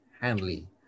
Hanley